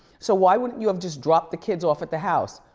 so why wouldn't you have just dropped the kids off at the house?